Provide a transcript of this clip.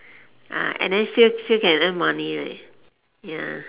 uh and then still still can earn money right ya